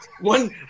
one